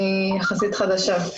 אני חדשה יחסית.